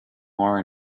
more